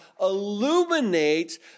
illuminates